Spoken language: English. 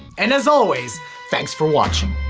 and as always thanks for watching.